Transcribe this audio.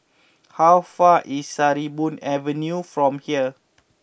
how far away is Sarimbun Avenue from here